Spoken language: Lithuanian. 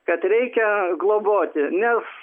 kad reikia globoti nes